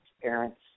parents